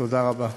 תודה רבה.